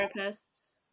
Therapists